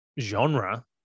genre